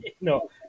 no